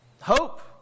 Hope